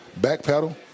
backpedal